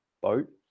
boat